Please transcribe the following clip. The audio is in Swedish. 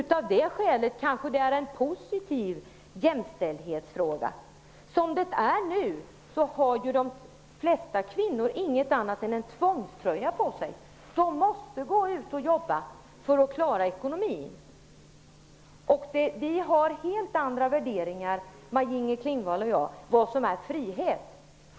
Av det skälet kanske det är en positiv jämställdhetsfråga. Som det är nu har ju de flesta kvinnor ingenting annat än en tvångströja på sig. De måste gå ut och jobba för att klara ekonomin. Maj-Inger Klingvall och jag har helt skilda värderingar om vad som är frihet.